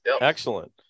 Excellent